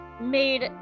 made